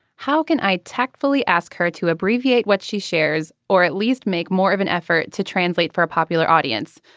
how can i tactfully ask her to abbreviate what she shares or at least make more of an effort to translate for a popular audience.